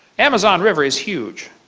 amazon river is huge.